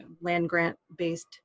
land-grant-based